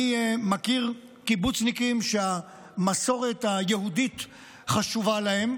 אני מכיר קיבוצניקים שהמסורת היהודית חשובה להם,